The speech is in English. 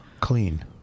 Clean